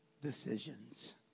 decisions